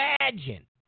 Imagine